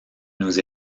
nous